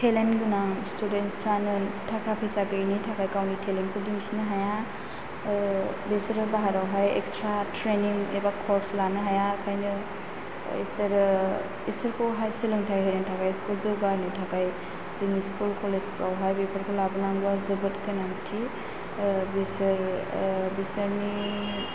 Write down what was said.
थेलेन्थ गोनां स्थुदेन्सफ्रानो थाखा फैसा गैयिनि थाखाय गावनि थेलेन्थखौ दिन्थिनो हाया ओह बेसोरो बायरायावहाय एख्सथ्रा थ्रेनिं एबा खर्स लानो हाया बेखायनो बेसोरो बेसोरखौहाय सोलोंथाय होनो थाखै जौगाहोनो थाखाय जोंनि स्कुल कलेज फोराव हाय बेफोरखौ लाबोनांगौ जोबोद गोनांथि ओह बिसोरो बिसोरनि